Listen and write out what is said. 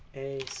a